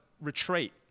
retreat